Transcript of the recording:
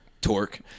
torque